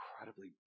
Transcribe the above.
incredibly